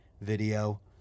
video